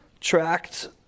tracked